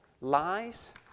lies